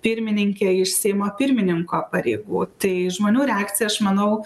pirmininkę iš seimo pirmininko pareigų tai žmonių reakcija aš manau